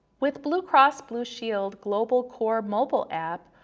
with blue cross blue shield global core mobile app,